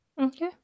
Okay